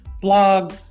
blog